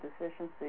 deficiency